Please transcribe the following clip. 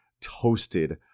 toasted